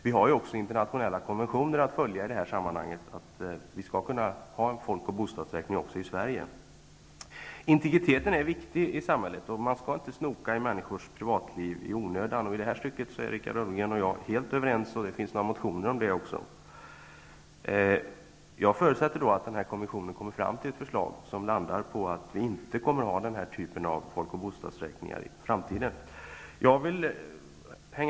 Vi har också internationella konventioner att följa, som medger genomförandet av en folk och bostadsräkning också i Sverige. Integriteten i samhället är viktig. Man skall inte i onödan snoka i människors privatliv. I det här stycket är Richard Ulfvengren och jag helt överens. Det finns också några motioner om detta. Jag förutsätter att statistikkommissionen kommer fram till ett förslag som går ut på att den här typen av folk och bostadsräkning inte kommer att finnas i framtiden.